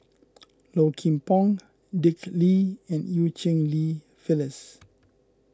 Low Kim Pong Dick Lee and Eu Cheng Li Phyllis